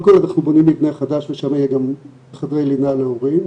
קודם כל אנחנו בונים מבנה חדש שיהיו שם גם חדרי לינה להורים,